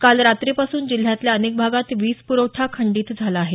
काल रात्रीपासून जिल्ह्यातल्या अनेक भागात वीज प्रवठा खंडीत झाला आहे